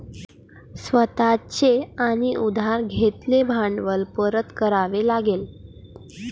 स्वतः चे आणि उधार घेतलेले भांडवल परत करावे लागेल